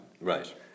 Right